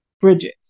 bridges